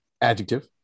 Adjective